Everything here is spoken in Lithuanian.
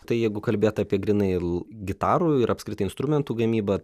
tai jeigu kalbėt apie grynai l gitarų ir apskritai instrumentų gamybą